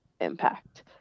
impact